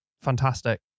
fantastic